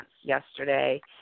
yesterday